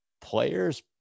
players